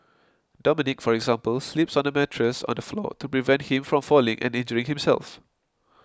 dominic for example sleeps on a mattress on the floor to prevent him from falling and injuring himself